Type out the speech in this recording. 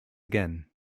again